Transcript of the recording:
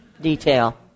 detail